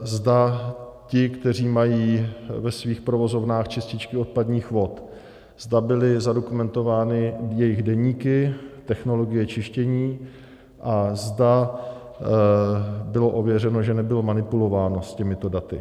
Zda ti, kteří mají ve svých provozovnách čističky odpadních vod, zda byly zadokumentovány jejich deníky, technologie čištění a zda bylo ověřeno, že nebylo manipulováno s těmito daty.